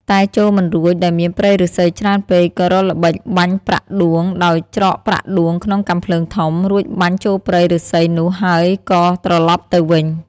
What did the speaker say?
តែចូលមិនរួចដោយមានព្រៃឫស្សីច្រើនពេក ក៏រកល្បិចបាញ់ប្រាក់ដួងដោយច្រកប្រាក់ដួងក្នុងកាំភ្លើងធំ រួចបាញ់ចូលព្រៃឫស្សីនោះហើយក៏ត្រឡប់ទៅវិញ។